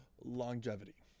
longevity